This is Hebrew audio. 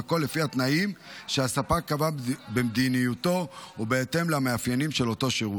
והכול לפי התנאים שהספק קבע במדיניותו ובהתאם למאפיינים של אותו שירות.